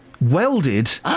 welded